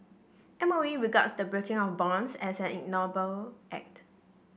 M O E regards the breaking of bonds as an ignoble act